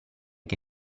che